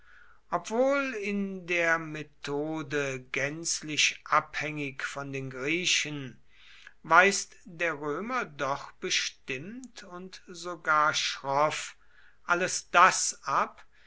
obwohl in der methode gänzlich abhängig von den griechen weist der römer doch bestimmt und sogar schroff alles das ab